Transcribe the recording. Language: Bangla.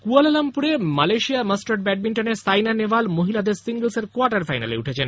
কোয়ালালামপুরে মালয়েশিয়া মাস্টার্ড ব্যাডমিন্টনে সাইনা নেহওয়াল মহিলাদের সিঙ্গলসের কোয়াটার ফাইনালে উঠেছেন